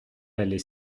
allait